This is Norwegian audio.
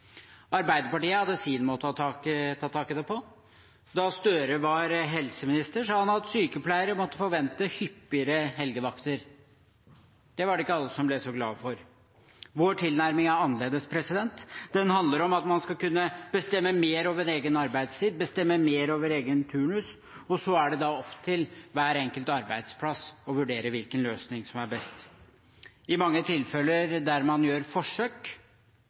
Arbeiderpartiet hadde sin måte å ta tak i det på. Da Støre var helseminister, sa han at sykepleiere måtte forvente hyppigere helgevakter. Det var det ikke alle som ble så glade for. Vår tilnærming er annerledes. Den handler om at man skal kunne bestemme mer over egen arbeidstid, bestemme mer over egen turnus. Så er det opp til hver enkelt arbeidsplass å vurdere hvilken løsning som er best. I mange tilfeller der man gjør forsøk,